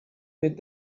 with